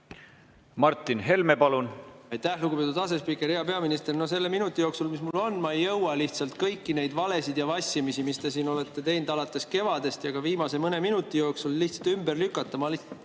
Martin Helme, palun! Aitäh, lugupeetud asespiiker! Hea peaminister! No selle minuti jooksul, mis mul on, ma ei jõua lihtsalt kõiki neid valesid ja vassimisi, mida te olete [rääkinud] alates kevadest ja ka viimase mõne minuti jooksul, ümber lükata. Veel